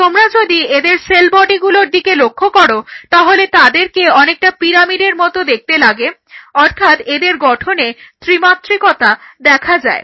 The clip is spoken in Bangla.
তোমরা যদি এদের সেল বডিগুলোর দিকে লক্ষ্য করো তাহলে তাদেরকে অনেকটা পিরামিডের মতো দেখতে লাগে অর্থাৎ এদের গঠনে ত্রিমাত্রিকতা দেখা যায়